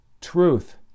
truth